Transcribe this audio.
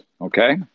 okay